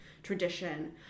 tradition